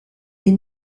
est